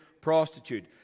prostitute